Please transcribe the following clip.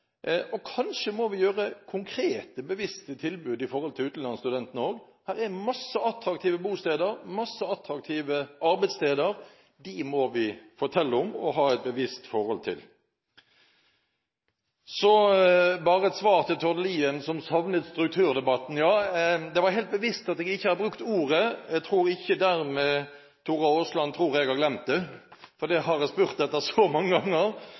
og kanskje må vi gjøre konkrete, bevisste tilbud også når det gjelder utenlandsstudentene. Her er det mange attraktive bosteder, mange attraktive arbeidssteder. Dem må vi fortelle om og ha et bevisst forhold til. Så bare et svar til Tord Lien, som savnet strukturdebatten: Det var helt bevisst at jeg ikke brukte ordet. Jeg tror ikke dermed Tora Aasland tror jeg har glemt det, for det har jeg spurt etter så mange ganger.